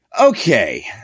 Okay